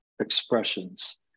expressions